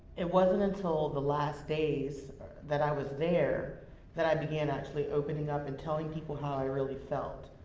it wasn't until the last days that i was there that i began actually opening up and telling people how i really felt.